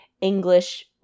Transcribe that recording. English